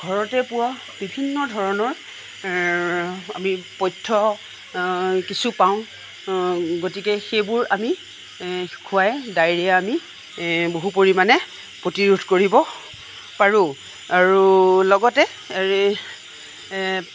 ঘৰতে পোৱা বিভিন্ন ধৰণৰ আমি পথ্য কিছু পাওঁ গতিকে সেইবোৰ আমি খোৱাই ডায়েৰিয়া আমি বহু পৰিমাণে প্ৰতিৰোধ কৰিব পাৰোঁ আৰু লগতে